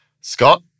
Scott